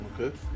Okay